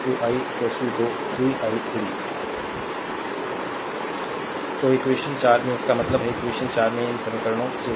slide time देखें 2636 तो equation 4 से इसका मतलब है इक्वेशन 4 से इन समीकरणों से